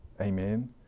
Amen